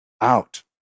out